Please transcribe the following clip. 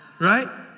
Right